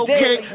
Okay